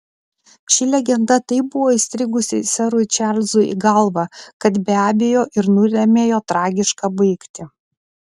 ši legenda taip buvo įstrigusi serui čarlzui į galvą kad be abejo ir nulėmė jo tragišką baigtį